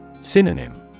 Synonym